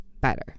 better